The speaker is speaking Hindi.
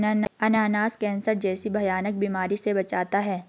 अनानास कैंसर जैसी भयानक बीमारी से बचाता है